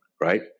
right